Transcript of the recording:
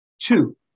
two